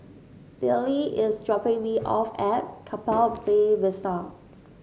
Bailee is dropping me off at Keppel Bay Vista